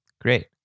great